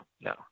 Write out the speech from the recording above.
No